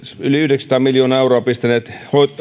yli yhdeksänsataa miljoonaa euroa pistäneet